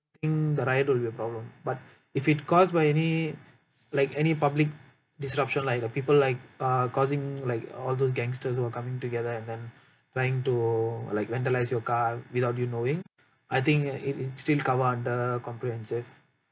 think the riot won't be a problem but if it caused by any like any public disruption like people like uh causing like all those gangsters were coming together and then trying to like vandalise your car without you knowing I think it it still cover under comprehensive